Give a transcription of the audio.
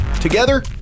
Together